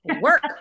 Work